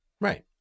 Right